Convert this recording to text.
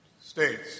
states